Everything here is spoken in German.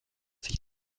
sich